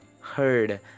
heard